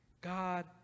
God